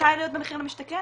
זכאי להיות ב'מחיר למשתכן',